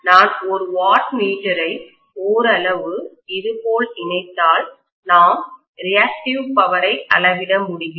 நான் ஒரு வாட்மீட்டரை ஓரளவு இதுபோல் இணைத்தால் நாம் ரியாக்டிவ் பவரை அளவிட முடியும்